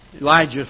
Elijah